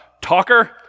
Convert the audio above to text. talker